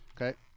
Okay